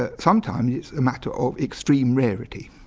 ah sometimes it's a matter of extreme rarity,